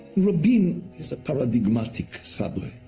rabin is a paradigmatic sabra,